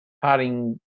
parting